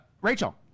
Rachel